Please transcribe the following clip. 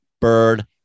Bird